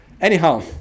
Anyhow